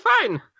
fine